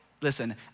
Listen